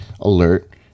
alert